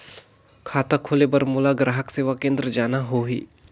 खाता खोले बार मोला ग्राहक सेवा केंद्र जाना होही?